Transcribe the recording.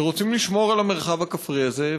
שרוצים לשמור על המרחב הכפרי הזה,